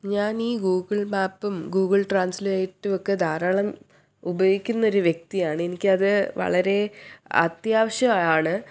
ഞാൻ ഈ ഗൂഗിൾ മാപ്പും ഗൂഗിൾ ട്രാൻസ്ലേറ്റും ഒക്കെ ധാരാളം ഉപയോഗിക്കുന്നൊരു വ്യക്തിയാണ് എനിക്കത് വളരെ അത്യാവശ്യം ആണ്